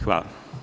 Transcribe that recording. Hvala.